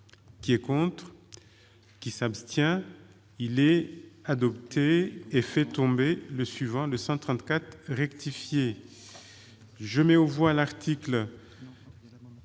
qui est contre qui s'abstient, il est adopté et fait tomber le suivant: 134 rectifier, je mets au moins l'article.